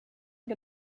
get